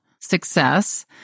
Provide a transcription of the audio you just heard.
success